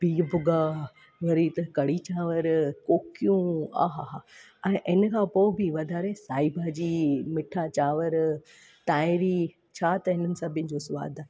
बिहु भुॻा वरी त कढ़ी चांवरु कोकियूं आहे हा हा ऐं इन खां पोइ बि वधारे साई भाॼी मिठा चांवरु तांहिरी छा त हिननि सभिनी जो सवादु आहे